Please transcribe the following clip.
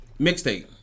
mixtape